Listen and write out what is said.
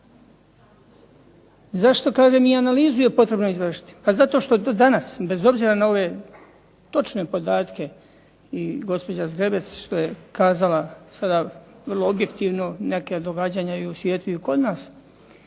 Zašto kažem da je i analizu potrebno izvršiti? Pa zato što je to danas bez obzira na ove točne podatke i gospođa Zgrebec što je sada kazala vrlo objektivno neka događanja i u svijetu i kod nas